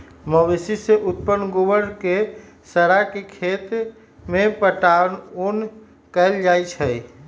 मवेशी से उत्पन्न गोबर के सड़ा के खेत में पटाओन कएल जाइ छइ